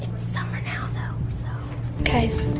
summer now though so, guys,